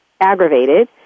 aggravated